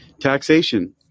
Taxation